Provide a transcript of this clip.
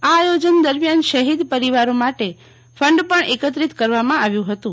આ આયોજન દરમિયાન શહીદ પરિવારો માટે ફંડ પણ એકત્રિત કરવામાં આવ્યું હતું